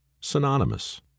synonymous